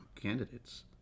candidates